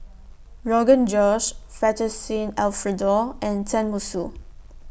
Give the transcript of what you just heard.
Rogan Josh Fettuccine Alfredo and Tenmusu